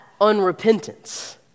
unrepentance